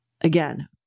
Again